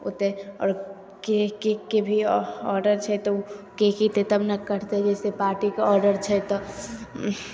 ओतेक आओर केक केकके भी ऑडर छै तऽ ओ केक अएतै तब ने कटतै जइसे पार्टीके ऑडर छै तऽ